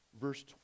verse